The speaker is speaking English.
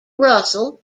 russell